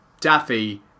Daffy